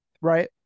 right